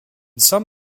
some